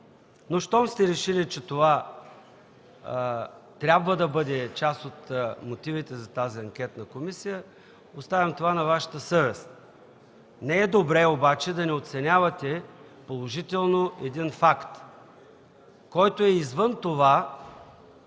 Но щом сте решили, че това трябва да бъде част от мотивите за тази Анкетна комисия, оставям това на Вашата съвест. Не е добре обаче да не оценявате положително един факт, който е извън това